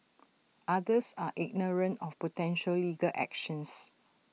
others are ignorant of potential legal actions